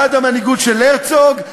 בעד המנהיגות של הרצוג,